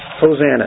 Hosanna